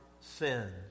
sins